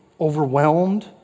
overwhelmed